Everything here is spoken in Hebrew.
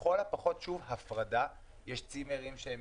יש צימרים שהם